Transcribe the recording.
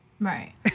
Right